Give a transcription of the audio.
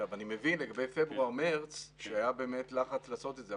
אני מבין לגבי פברואר-מרץ אז היה לחץ לעשות את זה,